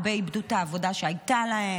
הרבה איבדו את העבודה שהייתה להם.